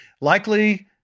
Likely